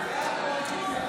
(קורא בשמות חברי הכנסת)